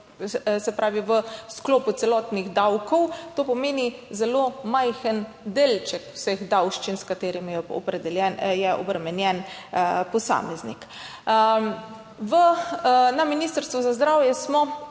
celo v sklopu celotnih davkov to pomeni zelo majhen delček vseh davščin, s katerimi je obremenjen posameznik. Na Ministrstvu za zdravje smo